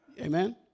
Amen